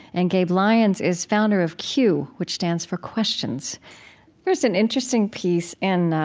and gabe lyons is founder of q, which stands for questions there's an interesting piece in